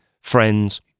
friends